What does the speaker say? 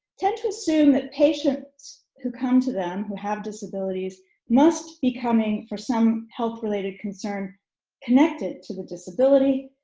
tend to assume that patients who come to them who have disabilities must be coming for some health related concern connected to the disability,